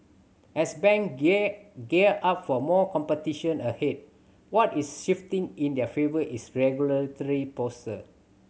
as bank gear gear up for more competition ahead what is shifting in their favour is regulatory posture